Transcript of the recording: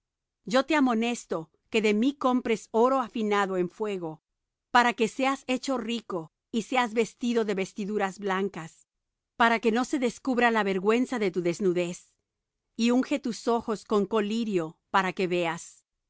yo te amonesto que de mí compres oro afinado en fuego para que seas hecho rico y seas vestido de vestiduras blancas para que no se descubra la vergüenza de tu desnudez y unge tus ojos con colirio para que veas